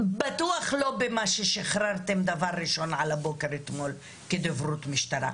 בטוח לא במה ששחררתם דבר ראשון על הבוקר אתמול כדוברות משטרה.